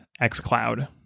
xCloud